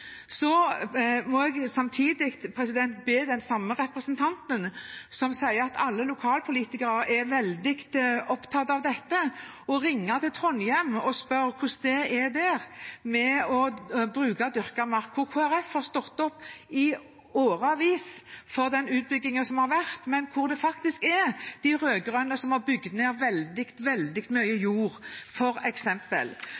må jeg be den samme representanten, som sier at alle lokalpolitikere er veldig opptatt av dette, om å ringe til Trondheim og spørre hvordan det er der med tanke på å bruke dyrket mark. Der har Kristelig Folkeparti stått på i årevis når det gjelder den utbyggingen som har vært, men der er det faktisk de rød-grønne som har bygd ned veldig, veldig mye